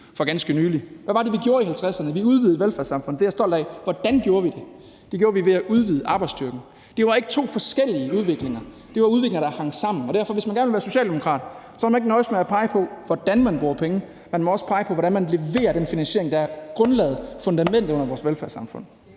for ganske nylig. Hvad var det, vi gjorde i 1950'erne? Vi udvidede velfærdssamfundet, og det er jeg stolt af. Hvordan gjorde vi det? Det gjorde vi ved at udvide arbejdsstyrken. Det var ikke to forskellige udviklinger; det var udviklinger, der hang sammen. Derfor kan man, hvis man gerne vil være socialdemokrat, ikke nøjes med at pege på, hvordan man bruger penge. Man må også pege på, hvordan man leverer den finansiering, der er grundlaget og fundamentet for vores velfærdssamfund.